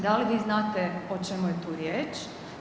Da li vi znate o čemu je tu riječ?